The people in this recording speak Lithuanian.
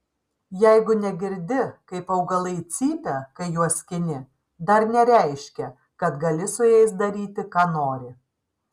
jeigu negirdi kaip augalai cypia kai juos skini dar nereiškia kad gali su jais daryti ką nori